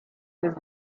his